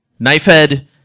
Knifehead